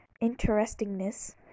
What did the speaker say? interestingness